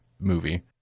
Movie